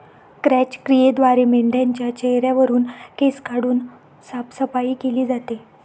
क्रॅच क्रियेद्वारे मेंढाच्या चेहऱ्यावरुन केस काढून साफसफाई केली जाते